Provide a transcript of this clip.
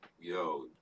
Yo